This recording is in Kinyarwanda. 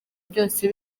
byose